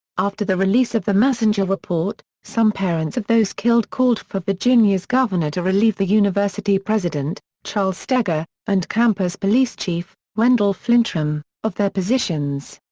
after the release of the massengill report, some parents of those killed called for virginia's governor to relieve the university president, charles steger, and campus police chief, wendell flinchum, of their positions.